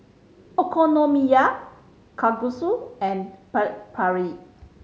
Okonomiyaki Kalguksu and Chaat Papri